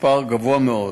מספר גבוה מאוד,